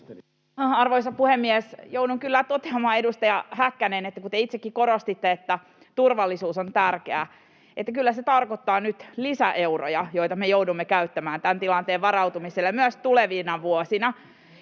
Arvoisa puhemies! Joudun kyllä toteamaan, edustaja Häkkänen — kun te itsekin korostitte, että turvallisuus on tärkeää — että kyllä se tarkoittaa nyt lisäeuroja, joita me joudumme käyttämään tässä tilanteessa varautumiseen ja myös tulevina vuosina,